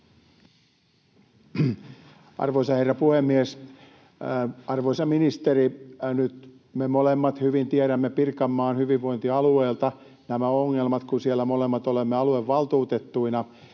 Arvoisa herra puhemies! Arvoisa ministeri! Nyt me molemmat hyvin tiedämme Pirkanmaan hyvinvointialueelta nämä ongelmat, kun siellä molemmat olemme aluevaltuutettuina.